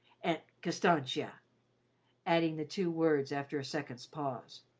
aunt constantia adding the two words after a second's pause.